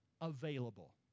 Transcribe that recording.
available